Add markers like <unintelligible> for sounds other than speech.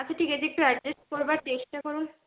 আচ্ছা ঠিক <unintelligible> একটু অ্যাডজাস্ট করবার চেষ্টা করুন